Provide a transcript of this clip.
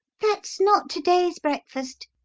that's not to-day's breakfast,